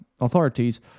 authorities